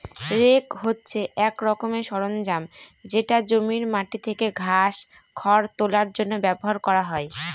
rake হছে এক ধরনের সরঞ্জাম যেটা জমির মাটি থেকে ঘাস, খড় তোলার জন্য ব্যবহার করা হয়